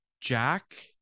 jack